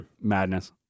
Madness